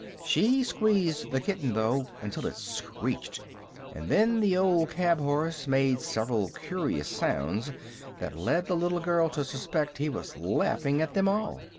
she squeezed the kitten, though, until it screeched and then the old cab-horse made several curious sounds that led the little girl to suspect he was laughing at them all.